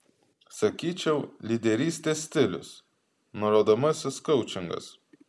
sakyčiau lyderystės stilius nurodomasis koučingas